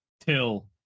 Till